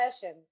session